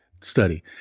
study